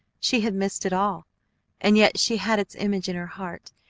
she had missed it all and yet she had its image in her heart,